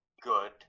good